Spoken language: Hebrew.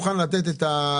איזה בנק מוכן לתת את המענק,